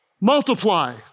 multiply